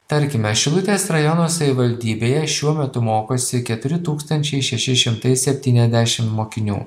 tarkime šilutės rajono savivaldybėje šiuo metu mokosi keturi tūkstančiai šeši šimtai septyniasdešim mokinių